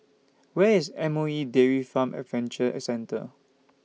Where IS M O E Dairy Farm Adventure Centre